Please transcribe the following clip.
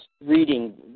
reading